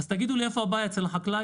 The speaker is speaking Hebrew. אז תגידו לי איפה הבעיה, אצל החקלאי?